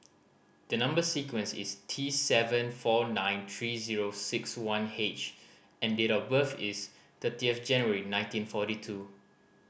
the number sequence is T seven four nine three zero six one H and date of birth is thirty of January nineteen forty two